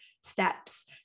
steps